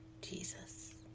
Jesus